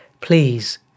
please